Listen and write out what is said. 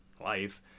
life